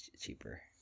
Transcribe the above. cheaper